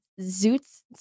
Zoots